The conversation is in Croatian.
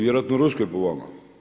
Vjerojatno ruskoj po vama.